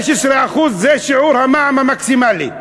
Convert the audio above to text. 15% זה שיעור המע"מ המקסימלי?